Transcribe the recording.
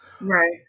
Right